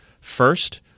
First